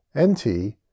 Nt